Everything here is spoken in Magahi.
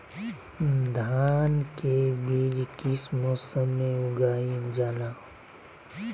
धान के बीज किस मौसम में उगाईल जाला?